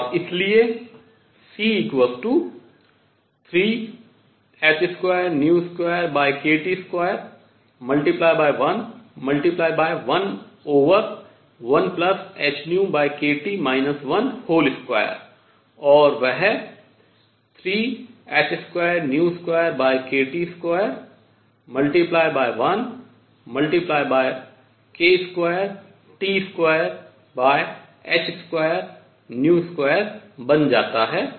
और इसलिए C3h22kT2×1×11hνkT 12 और वह 3h22kT2×1×k2T2h22 बन जाता है